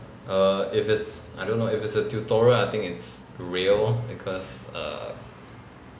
err if it's I don't know if it's a tutorial I think it's real because err